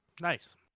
nice